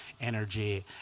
energy